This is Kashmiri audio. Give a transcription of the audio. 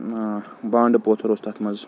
بانٛڈٕ پوتھٕر اوس تَتھ منٛز